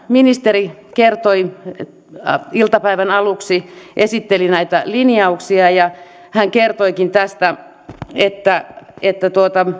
ministeri iltapäivän aluksi esitteli näitä linjauksia ja hän kertoikin tästä että että